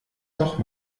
doch